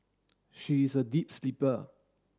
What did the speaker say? she is a deep sleeper